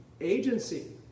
agency